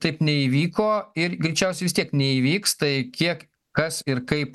taip neįvyko ir greičiausiai vis tiek neįvyks tai kiek kas ir kaip